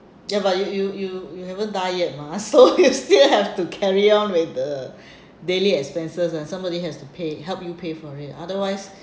ya but you you you you haven't die yet mah so you still have to carry on with the daily expenses ah somebody has to pay help you pay for it otherwise